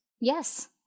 Yes